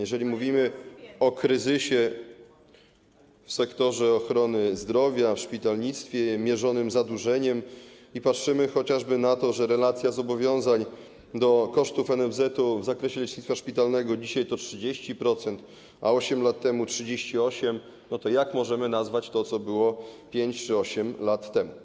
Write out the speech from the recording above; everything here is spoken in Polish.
Jeżeli mówimy o kryzysie w sektorze ochrony zdrowia, w szpitalnictwie, kryzysie mierzonym zadłużeniem, i patrzymy chociażby na to, że relacja zobowiązań do kosztów NFZ w zakresie lecznictwa szpitalnego dzisiaj to 30%, a 8 lat temu - 38%, to jak możemy nazwać to, co było 5 czy 8 lat temu?